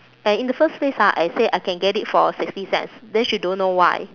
and in the first place ah I say I can get it for sixty cents then she don't know why